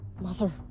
Mother